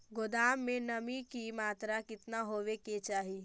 गोदाम मे नमी की मात्रा कितना होबे के चाही?